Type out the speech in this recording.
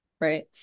right